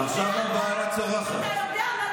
שנאה ועוד שנאה.